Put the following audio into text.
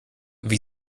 wie